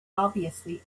obviously